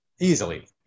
easily